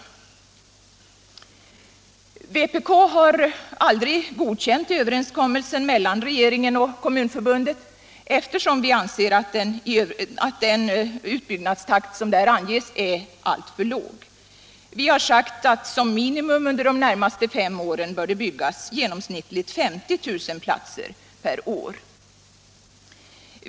Vänsterpartiet kommunisterna har aldrig godkänt överenskommelsen mellan regeringen och Kommunförbundet eftersom vi anser att den utbyggnadstakt som där anges är alltför låg. Vi har sagt att som minimum under de närmaste fem åren bör det byggas genomsnittligt 15 000 platser per år.